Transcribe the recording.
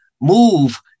move